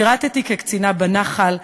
שירתי כקצינה בנח"ל,